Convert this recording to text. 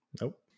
nope